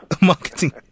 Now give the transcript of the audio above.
Marketing